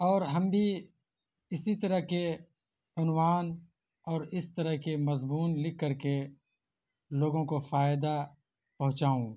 اور ہم بھی اسی طرح کے عنوان اور اس طرح کے مضمون لکھ کر کے لوگوں کو فائدہ پہنچاؤں